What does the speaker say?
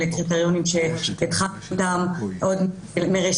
אלה קריטריונים שהתחלנו איתם בראשית